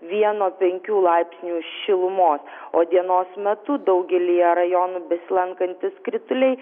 vieno penkių laipsnių šilumos o dienos metu daugelyje rajonų besilankantys krituliai